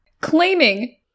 claiming